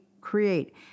create